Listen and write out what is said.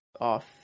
off